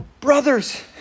Brothers